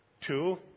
Two